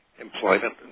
Employment